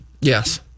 Yes